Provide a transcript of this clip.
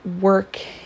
work